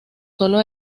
solo